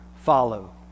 follow